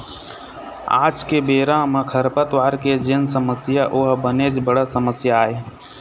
आज के बेरा म खरपतवार के जेन समस्या ओहा बनेच बड़ समस्या आय